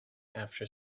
after